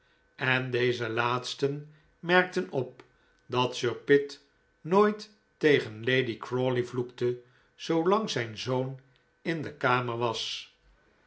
en deze laatsten merkten op dat sir pitt nooit tegen lady crawley vloekte zoolang zijn zoon in de kamer was